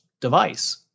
device